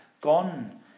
gone